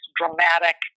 dramatic